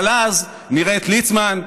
אבל אז נראה את ליצמן,